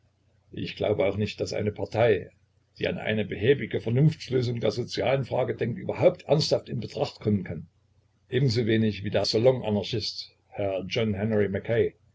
ich glaube auch nicht daß eine partei die an eine behäbige vernunftlösung der sozialen frage denkt überhaupt ernsthaft in betracht kommen kann ebensowenig wie der salonanarchist herr john